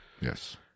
Yes